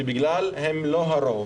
שבגלל שהן לא הרוב,